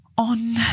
on